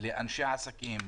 לאנשי עסקים,